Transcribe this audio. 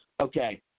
Okay